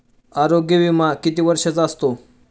आरोग्य विमा किती वर्षांचा असतो?